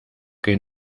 que